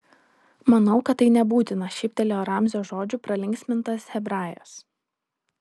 manau kad tai nebūtina šyptelėjo ramzio žodžių pralinksmintas hebrajas